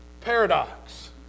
paradox